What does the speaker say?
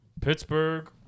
Pittsburgh